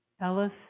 Ellis